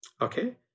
okay